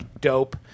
dope